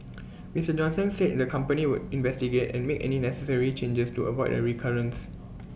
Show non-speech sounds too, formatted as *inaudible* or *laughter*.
*noise* Mister Johnson said the company would investigate and make any necessary changes to avoid A recurrence